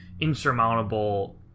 insurmountable